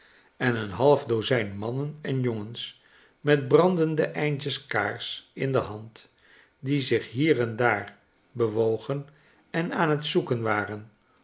en een half dozijn mannen en jongens met brandende eindjes kaars in de handen die zich hier en daar bewogen en aan het zoeken waren